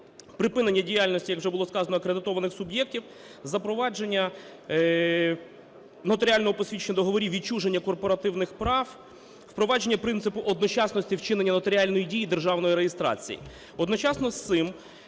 припинення діяльності, як вже було сказано, акредитованих суб’єктів, запровадження нотаріального посвідчення договорів відчуження корпоративних прав, впровадження принципу одночасності вчинення нотаріальної дії державної реєстрації.